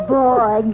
boy